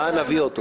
אני אומר את זה.